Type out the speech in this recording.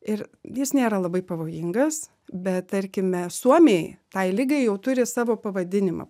ir jis nėra labai pavojingas bet tarkime suomiai tai ligai jau turi savo pavadinimą